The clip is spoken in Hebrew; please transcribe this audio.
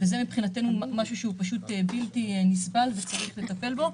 זה מבחינתנו דבר שהוא בלתי נסבל וצריך לטפל בו.